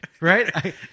right